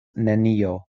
nenio